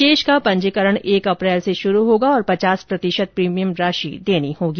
शेष का पंजीकरण एक अप्रैल से शुरू होगा और पचास प्रतिशत प्रीमियम राशि देनी होगी